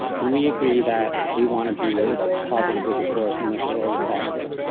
can we agree that we want to be as positive as a force in those worlds as possible?